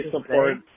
support